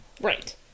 Right